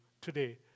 today